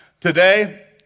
Today